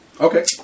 Okay